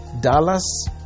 Dallas